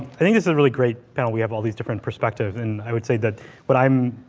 i think this is a really great panel, we have all these different perspective. and i would say that what i'm